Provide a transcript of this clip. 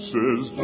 Says